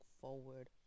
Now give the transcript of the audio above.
forward